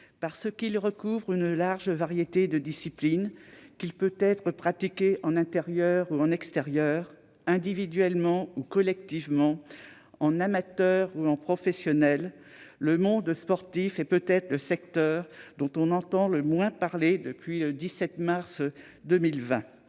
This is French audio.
parce qu'il recouvre une large variété de disciplines, qu'il peut être pratiqué en intérieur ou en extérieur, individuellement ou collectivement, en amateur ou en professionnel, le sport est peut-être le secteur dont on entend le moins parler depuis le 17 mars 2020.